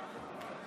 שמית.